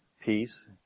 peace